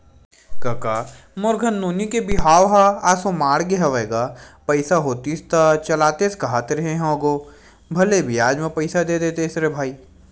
कका मोर घर नोनी के बिहाव ह एसो माड़हे हवय गा पइसा होतिस त चलातेस कांहत रेहे हंव गो भले बियाज म पइसा दे देतेस रे भई